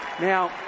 Now